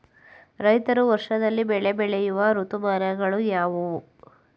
ರೈತರು ವರ್ಷದಲ್ಲಿ ಬೆಳೆ ಬೆಳೆಯುವ ಋತುಮಾನಗಳು ಯಾವುವು?